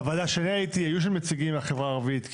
בוועדה שאני הייתי היו שם נציגים מהחברה הערבית,